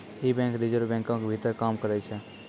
इ bank reserve बैंको के भीतर काम करै छै